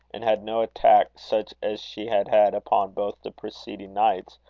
and had no attack such as she had had upon both the preceding nights,